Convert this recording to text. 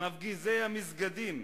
מפגיזי המסגדים,